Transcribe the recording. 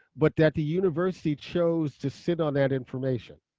but that the university chose to sit on that information.